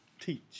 teach